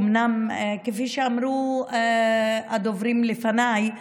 אומנם, כפי שאמרו הדוברים לפניי,